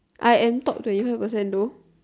I am top twenty five percent though